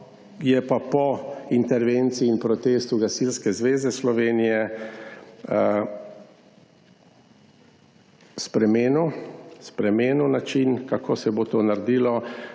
je pa po intervenciji in protestu Gasilske zveze Slovenije spremenil, spremenil način kako se bo to naredilo.